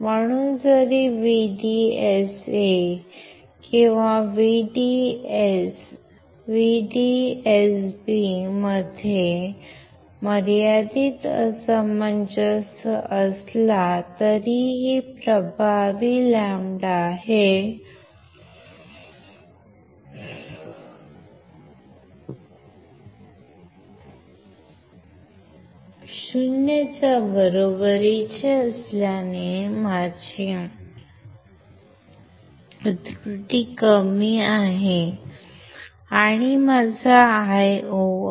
म्हणून जरी VDSA किंवा VDSB मध्ये मर्यादित असमंजस असला तरीही प्रभावी λ हे 0 च्या बरोबरीची असल्याने माझी त्रुटी कमी आहे आणि माझा Io Ireference